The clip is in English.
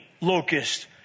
locust